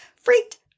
freaked